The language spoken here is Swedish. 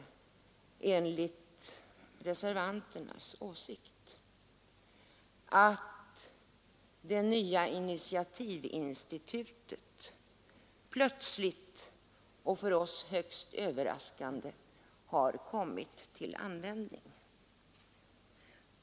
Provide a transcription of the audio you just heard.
Enligt reservanternas åsikt är det därför litet förvånande att det nya initiativinstitutet plötsligt och för oss högst överraskande har kommit till användning.